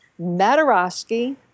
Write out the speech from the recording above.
Mataroski